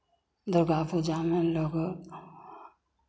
दुर्गा पूजा में लोग